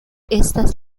estas